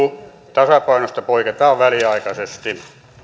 tasapainosta poiketaan väliaikaisesti